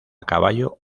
caballo